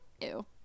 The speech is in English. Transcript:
Ew